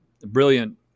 brilliant